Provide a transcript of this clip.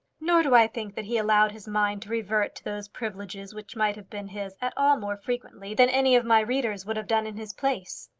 nor do i think that he allowed his mind to revert to those privileges which might have been his at all more frequently than any of my readers would have done in his place.